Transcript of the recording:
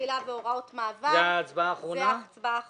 סעיף תחילה והוראות מעבר זה ההצבעה האחרונה.